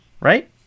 right